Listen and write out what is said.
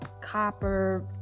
copper